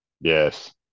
Yes